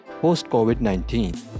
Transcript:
Post-COVID-19